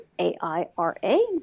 A-I-R-A